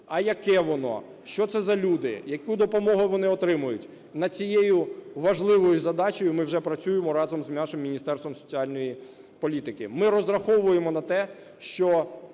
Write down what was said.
а яке воно, що це за люди, яку допомогу вони отримують. Над цією важливою задачею ми вже працюємо разом з нашим Міністерством соціальної політики. Ми розраховуємо на те, що